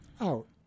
out